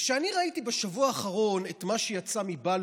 וכשאני ראיתי בשבוע האחרון את מה שיצא מבלפור,